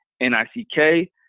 N-I-C-K